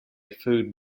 food